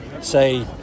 say